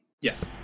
Yes